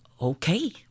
Okay